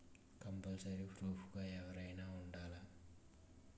Compulsory proof గా ఎవరైనా ఉండాలా?